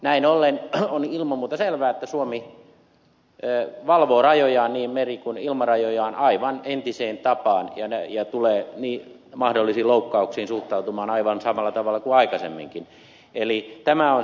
näin ollen on ilman muuta selvää että suomi valvoo rajojaan niin meri kuin ilmarajojaan aivan entiseen tapaan ja tulee mahdollisiin loukkauksiin suhtautumaan aivan samalla tavalla kuin aikaisemminkin